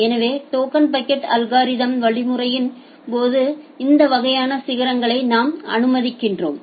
எனவே token bucket algorithm வழிமுறையின் போது இந்த வகையான சிகரங்களை நாம் அனுமதிக்கிறோம்